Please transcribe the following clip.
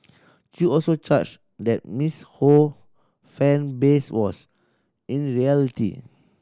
Chew also charged that Miss Ho fan base was in reality